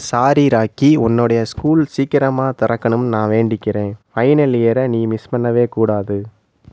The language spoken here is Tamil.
சாரி ராக்கி உன்னோடைய ஸ்கூல் சீக்கிரமாக திறக்கணும்னு நான் வேண்டிக்கிறேன் ஃபைனல் இயரை நீ மிஸ் பண்ணவே கூடாது